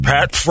Pat